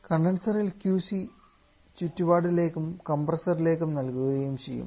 condenser ഇൽ Qc ചുറ്റുപാടിലേക്കും compressor ലേക്കും നൽകുകയും ചെയ്യും